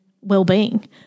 well-being